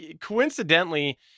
coincidentally